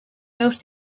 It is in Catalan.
meus